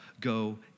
Go